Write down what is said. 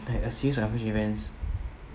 like a series of unfortunate events